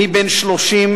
אני בן 30,